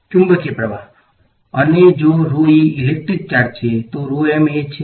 ચુંબકીય પ્રવાહ અને જો ઇલેક્ટ્રિક ચાર્જ છે એ છે